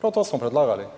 prav to smo predlagali.